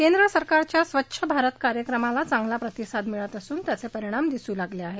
केंद्र सरकारच्या स्वच्छ भारत कार्यक्रमाला चागला प्रतिसाद मिळत असून त्याचे परिणाम दिसू लागले आहेत